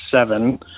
seven